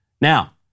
Now